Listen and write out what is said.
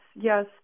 yes